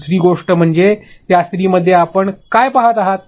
दुसरी गोष्ट म्हणजे त्या स्त्रीमध्ये आपण काय पहात आहात